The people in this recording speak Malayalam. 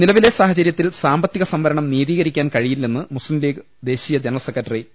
നിലവിലെ സാഹചര്യത്തിൽ സാമ്പത്തിക സംവരണം നീതീ കരിക്കാൻ കഴിയില്ലെന്ന് മുസ്ലിംലീഗ് ദേശീയ ജനറൽ സെക്ര ട്ടറി പി